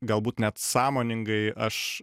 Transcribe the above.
galbūt net sąmoningai aš